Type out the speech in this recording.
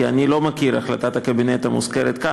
כי אני לא מכיר את החלטת הקבינט המוזכרת כאן.